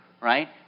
Right